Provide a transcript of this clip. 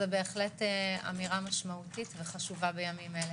זו אמירה משמעותית וחשובה בימים אלה.